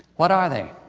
what are they?